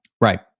Right